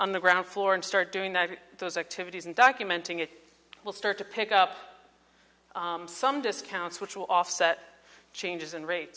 on the ground floor and start doing that those activities and documenting it will start to pick up some discounts which will offset changes in rate